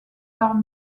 par